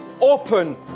open